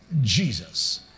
Jesus